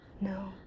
No